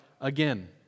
again